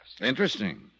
Interesting